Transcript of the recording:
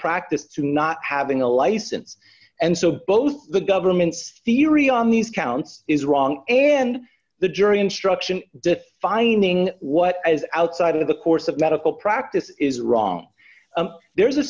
practice to not having a license and so both the government's theory on these counts is wrong and the jury instruction defining what is outside of the course of medical practice is wrong there is a